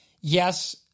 yes